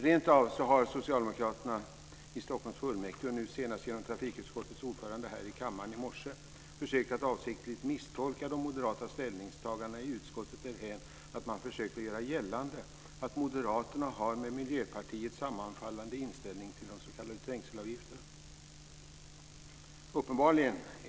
Rentav har socialdemokraterna i Stockholms fullmäktige, och nu senast genom trafikutskottets ordförande här i kammaren i morse, försökt att avsiktligt misstolka de moderata ställningstagandena i utskottet genom att man har försökt att göra gällande att Moderaterna har en med Miljöpartiet sammanfallande inställning till de s.k. trängselavgifterna. Fru talman!